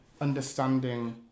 understanding